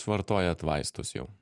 vartojat vaistus jau